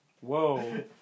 Whoa